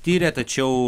tyrė tačiau